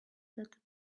that